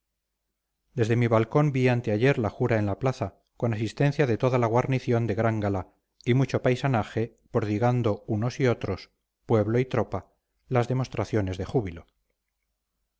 desde mi balcón vi anteayer la jura en la plaza con asistencia de toda la guarnición de gran gala y mucho paisanaje prodigando unos y otros pueblo y tropa las demostraciones de júbilo